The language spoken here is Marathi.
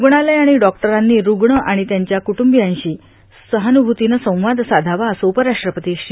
रुग्णालयं आणि डॉक्टरांनी रुग्ण आणि त्यांच्या कुटुंबियांशी सहाव्रभूतीनं संवाद साधावा असं उपराष्ट्रपती श्री